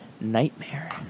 nightmare